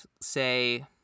say